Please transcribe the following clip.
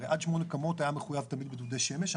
הרי עד שמונה קומות היה מחויב תמיד בדודי שמש.